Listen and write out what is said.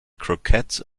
croquettes